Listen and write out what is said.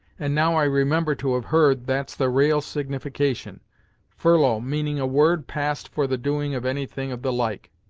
and now i remember to have heard that's the ra'al signification furlough meaning a word passed for the doing of any thing of the like.